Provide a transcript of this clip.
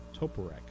Toporek